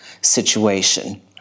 situation